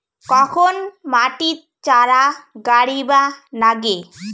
কখন মাটিত চারা গাড়িবা নাগে?